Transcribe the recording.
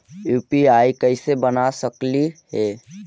UPI कैसे बना सकली हे?